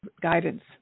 guidance